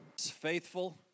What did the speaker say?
faithful